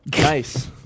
Nice